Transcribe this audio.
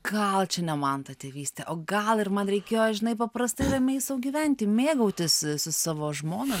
gal čia ne man ta tėvystė o gal ir man reikėjo žinai paprastai ramiai sau gyventi mėgautis su savo žmona